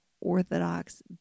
Orthodox